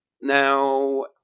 Now